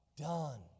done